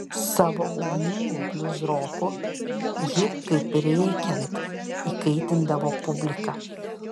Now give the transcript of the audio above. savo ugningu bliuzroku ji kaip reikiant įkaitindavo publiką